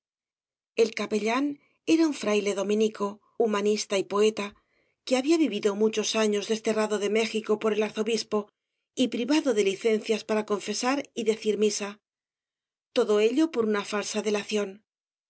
el capellán era un fraile dominico humanista y poeta que había vi vido toí obras de valle inclan muchos años desterrado de méxico por el arzobispo y privado de licencias para confesar y decir misa todo ello por una falsa delación esta historia me la